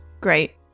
Great